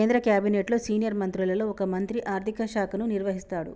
కేంద్ర క్యాబినెట్లో సీనియర్ మంత్రులలో ఒక మంత్రి ఆర్థిక శాఖను నిర్వహిస్తాడు